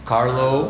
Carlo